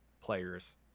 players